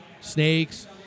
snakes